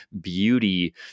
beauty